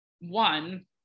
one